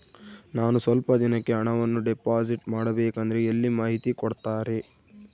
ನಾನು ಸ್ವಲ್ಪ ದಿನಕ್ಕೆ ಹಣವನ್ನು ಡಿಪಾಸಿಟ್ ಮಾಡಬೇಕಂದ್ರೆ ಎಲ್ಲಿ ಮಾಹಿತಿ ಕೊಡ್ತಾರೆ?